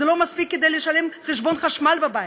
זה לא מספיק לשלם חשבון חשמל בבית,